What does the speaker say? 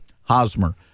Hosmer